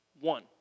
One